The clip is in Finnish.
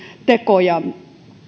tekoja